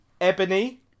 Ebony